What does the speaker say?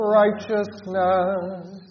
righteousness